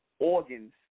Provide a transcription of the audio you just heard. organs